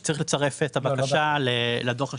שצריך לצרף את הבקשה לדוח השנתי.